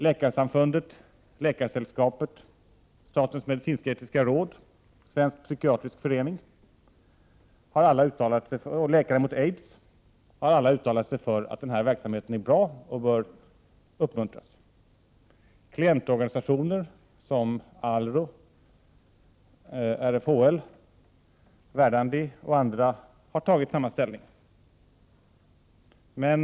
Läkarförbundet, Läkaresällskapet, statens medicinsk-etiska råd, Svensk psykiatrisk förening och Läkare mot aids har alla uttalat sig för att denna verksamhet är bra och bör uppmuntras. Klientorganisationer som Alro, RFHL, Verdandi och andra har gjort samma ställningstagande.